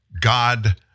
god